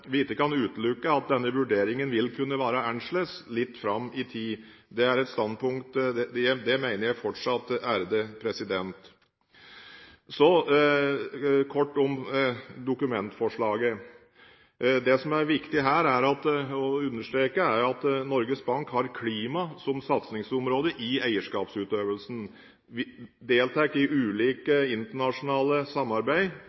vi sa samtidig at vi ikke kan utelukke at denne vurderingen vil kunne være annerledes litt fram i tid. Dette mener jeg fortsatt. Så kort om dokumentforslaget: Det som er viktig å understreke her, er at Norges Bank har klima som satsingsområde i eierskapsutøvelsen. Vi deltar i